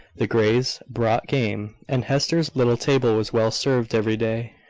the greys brought game, and hester's little table was well served every day.